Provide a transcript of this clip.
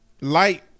light